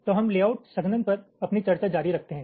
तो हम लेआउट संघनन पर अपनी चर्चा जारी रखते हैं